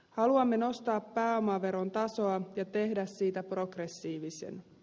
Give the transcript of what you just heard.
haluamme nostaa pääomaveron tasoa ja tehdä siitä progressiivisen